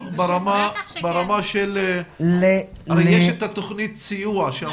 יש את תוכנית הסיוע.